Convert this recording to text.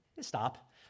Stop